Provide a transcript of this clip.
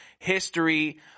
history